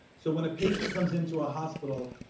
so when a patient comes into a hospital,